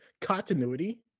continuity